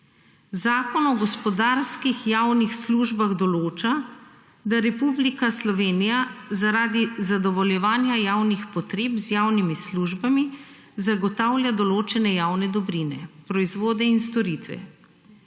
Zakon o gospodarskih javnih službah določa, da Republika Slovenija zaradi zadovoljevanja javnih potreb z javnimi službami zagotavlja določene javne dobrine, proizvode in storitve.